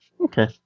Okay